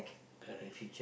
correct